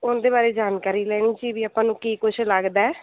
ਉਹਦੇ ਬਾਰੇ ਜਾਣਕਾਰੀ ਲੈਣੀ ਸੀ ਵੀ ਆਪਾਂ ਨੂੰ ਕੀ ਕੁਛ ਲੱਗਦਾ